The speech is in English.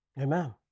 Amen